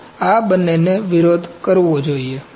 તેથી આ બંનેનો વિરોધ કરવો જોઈયે